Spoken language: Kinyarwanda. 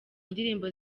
indirimbo